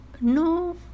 no